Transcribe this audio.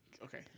Okay